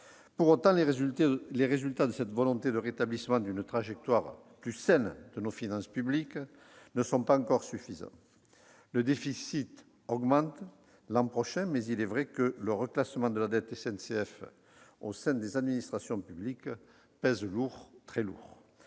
Pour autant, les résultats, nonobstant cette volonté de rétablissement d'une trajectoire plus saine de nos finances publiques, ne sont pas encore suffisants. Le déficit augmente l'an prochain, mais il est vrai que le reclassement de la dette de la SNCF au sein des administrations publiques pèse lourd, très lourd.